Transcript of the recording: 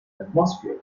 atmosphere